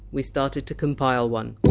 we started to compile one